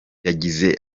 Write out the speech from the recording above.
yagize